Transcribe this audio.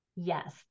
Yes